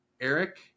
Eric